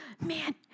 man